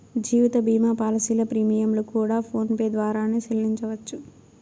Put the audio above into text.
జీవిత భీమా పాలసీల ప్రీమియంలు కూడా ఫోన్ పే ద్వారానే సెల్లించవచ్చు